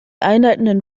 einleitenden